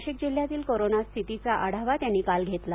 नाशिक जिल्ह्यातील कोरोना स्थितीचा आढावा त्यांनी काल घेतला